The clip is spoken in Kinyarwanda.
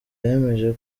yemeje